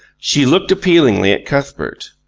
she looked appealingly at cuthbert.